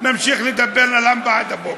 נמשיך לדבר ללמפה עד הבוקר,